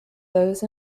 those